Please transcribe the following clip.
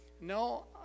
no